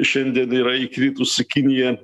šiandien yra įkritusi kinija